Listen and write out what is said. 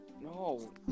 no